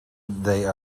they